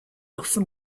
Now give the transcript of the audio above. often